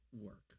work